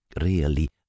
Really